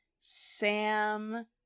sam